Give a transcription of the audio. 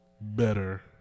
better